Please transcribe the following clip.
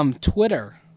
Twitter